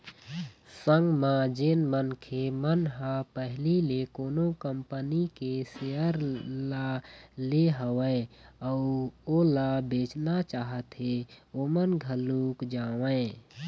संग म जेन मनखे मन ह पहिली ले कोनो कंपनी के सेयर ल ले हवय अउ ओला बेचना चाहत हें ओमन घलोक जावँय